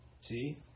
See